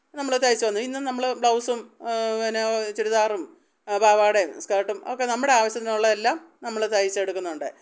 നമ്മൾ തൈച്ചോന്ന് ഇന്നും നമ്മൾ ബ്ലൗസും എന്ന ചുരിദാറും പാവാടയും സ്കേട്ടും ഒക്കെ നമ്മുടെ ആവിശ്യത്തിനുള്ളത് എല്ലാം നമ്മൾ തയ്ച്ചെടുക്കുന്നുണ്ട്